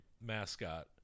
mascot